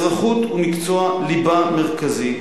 אזרחות הוא מקצוע ליבה מרכזי,